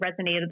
resonated